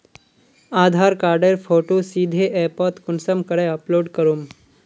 आधार कार्डेर फोटो सीधे ऐपोत कुंसम करे अपलोड करूम?